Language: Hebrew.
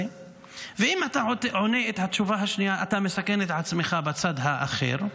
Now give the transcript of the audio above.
ואם אתה עונה את התשובה השנייה אתה מסכן את עצמך בצד האחר.